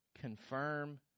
confirm